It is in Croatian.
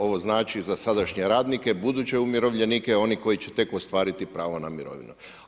Ovo znači za sadašnje radnike buduće umirovljenike one koji će tek ostvariti pravo na mirovinu.